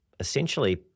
Essentially